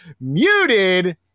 muted